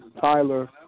Tyler